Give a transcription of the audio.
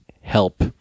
help